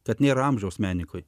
kad nėra amžiaus menininkui